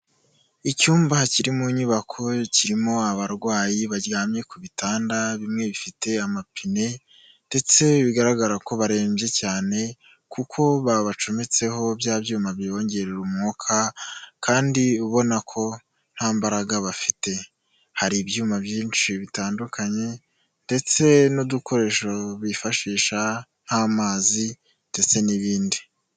Icyumba kiri mu nyubako kirimo abarwayi baryamye ku bitanda bimwe bifite amapine ndetse bigaragara ko barembye cyane kuko babacometseho bya byuma bibongerera umwuka kandi ubona ko nta mbaraga bafite hari ibyuma byinshi bitandukanye ndetse n'udukoresho bifashisha nk'amazi ndetse n'ibindi.